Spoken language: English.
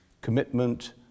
commitment